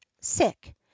sick